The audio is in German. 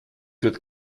wird